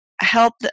help